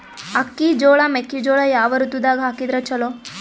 ಅಕ್ಕಿ, ಜೊಳ, ಮೆಕ್ಕಿಜೋಳ ಯಾವ ಋತುದಾಗ ಹಾಕಿದರ ಚಲೋ?